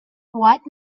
what